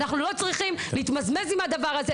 אנחנו לא צריכים להתמזמז עם הדבר הזה,